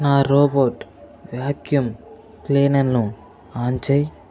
నా robot vacuum క్లీనర్ను on చేయి